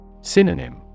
Synonym